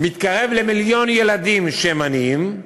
וזה מתקרב למיליון ילדים שהם עניים.